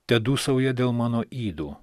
te dūsauja dėl mano ydų